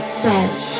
says